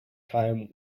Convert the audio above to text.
time